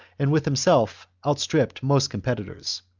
and with himself out stripping most competitors.